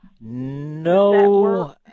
No